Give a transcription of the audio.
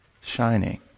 shining